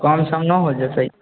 कमसम नहि हो जेतै